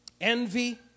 envy